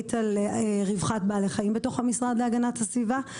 אחראית על רווחת בעלי החיים בתוך המשרד להגנת הסביבה.